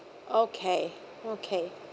okay okay